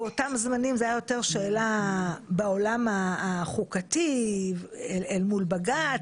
באותם זמנים זאת הייתה יותר שאלה בעולם החוקתי אל מול בג"ץ,